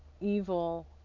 evil